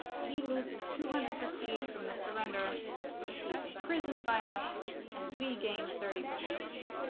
he loses two hundred prestige from the surrender he is imprisoned by us and we gain thirty prestige